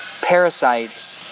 parasites